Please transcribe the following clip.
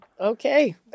Okay